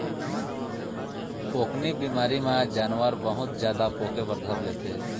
पोकनी बिमारी म जानवर बहुत जादा पोके बर धर लेथे